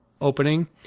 opening